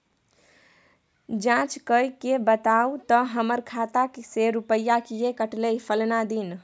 ज जॉंच कअ के बताबू त हमर खाता से रुपिया किये कटले फलना दिन?